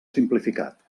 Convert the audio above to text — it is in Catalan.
simplificat